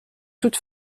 toute